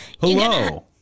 Hello